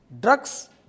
Drugs